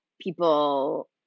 people